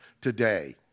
today